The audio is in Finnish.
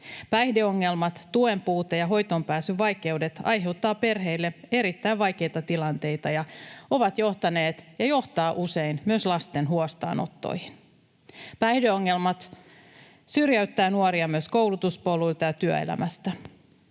Päihdeongelmat, tuen puute ja hoitoonpääsyn vaikeudet aiheuttavat perheille erittäin vaikeita tilanteita ja ovat johtaneet ja johtavat usein myös lasten huostaanottoihin. Päihdeongelmat syrjäyttävät nuoria myös koulutuspoluilta ja työelämästä.